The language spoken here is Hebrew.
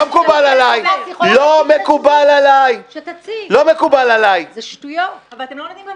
לא מקובל עליי --- אתם לא נותנים לי